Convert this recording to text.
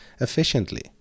efficiently